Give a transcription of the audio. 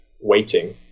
waiting